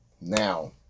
now